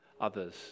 others